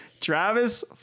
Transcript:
Travis